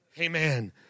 Amen